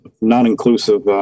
non-inclusive